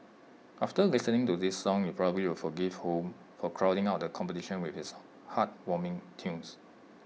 after listening to this song you probably will forgive home for crowding out the competition with its heartwarming tunes